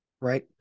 Right